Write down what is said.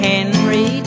Henry